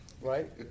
right